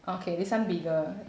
okay this one bigger